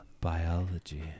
biology